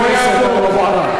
אתה, חבר הכנסת טלב אבו עראר.